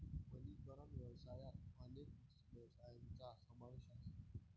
वनीकरण व्यवसायात अनेक व्यवसायांचा समावेश आहे